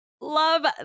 Love